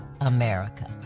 America